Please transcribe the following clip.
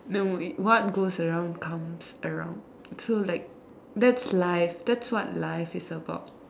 no what goes around comes around so like that's life that's what life is about